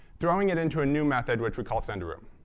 throwing it into a new method, which we call send to room.